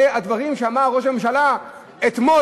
אלה הדברים שאמר ראש הממשלה אתמול,